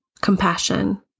compassion